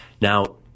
Now